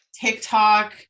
TikTok